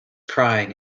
crying